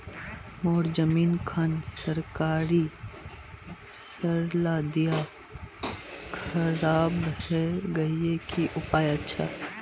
मोर जमीन खान सरकारी सरला दीया खराब है गहिये की उपाय अच्छा?